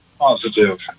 positive